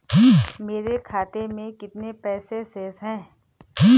मेरे खाते में कितने पैसे शेष हैं?